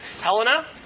Helena